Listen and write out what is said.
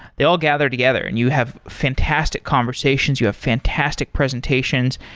they all gather together, and you have fantastic conversations. you have fantastic presentations,